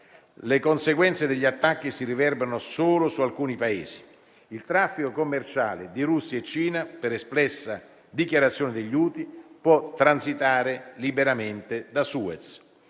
Le conseguenze degli attacchi si riverberano solo su alcuni Paesi. Il traffico commerciale di Russia e Cina, per espressa dichiarazione degli Houthi, può transitare liberamente da Suez.